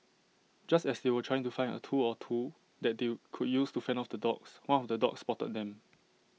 just as they were trying to find A tool or two that they could use to fend off the dogs one of the dogs spotted them